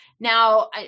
Now